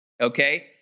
Okay